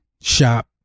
shop